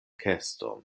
keston